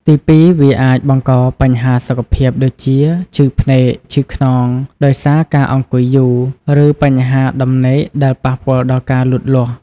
ទីពីរ វាអាចបង្ក បញ្ហាសុខភាព ដូចជា ឈឺភ្នែក ឈឺខ្នង ដោយសារការអង្គុយយូរ ឬបញ្ហាដំណេកដែលប៉ះពាល់ដល់ការលូតលាស់។